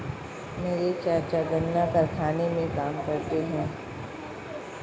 मेरे चाचा गन्ना कारखाने में काम करते हैं